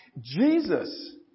Jesus